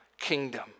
kingdom